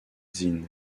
sin